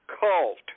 cult